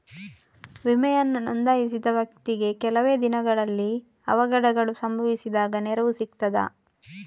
ವಿಮೆಯನ್ನು ನೋಂದಾಯಿಸಿದ ವ್ಯಕ್ತಿಗೆ ಕೆಲವೆ ದಿನಗಳಲ್ಲಿ ಅವಘಡಗಳು ಸಂಭವಿಸಿದಾಗ ನೆರವು ಸಿಗ್ತದ?